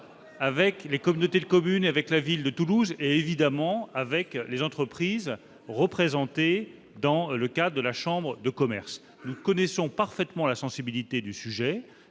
avec les communautés de communes, la ville de Toulouse et, évidemment, avec les entreprises représentées dans le cadre de la chambre de commerce. Nous sommes rassurés, alors ! Nous connaissons parfaitement la sensibilité du sujet.